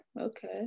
okay